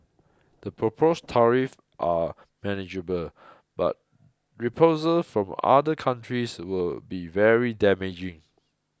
the proposed tariffs are manageable but reprisals from other countries would be very damaging